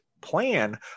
plan